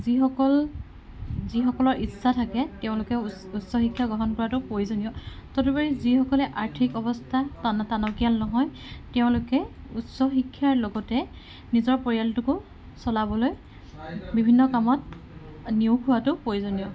যি সকল যি সকলৰ ইচ্ছা থাকে তেওঁলোকে উচ উচ্চ শিক্ষা গ্ৰহণ কৰাটো প্ৰয়োজনীয় তদুপৰি যিসকলে আৰ্থিক অৱস্থা টান টনকিয়াল নহয় তেওঁলোকে উচ্চ শিক্ষাৰ লগতে নিজৰ পৰিয়ালটোকো চলাবলৈ বিভিন্ন কামত নিয়োগ হোৱাটো প্ৰয়োজনীয়